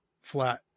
flat